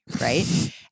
Right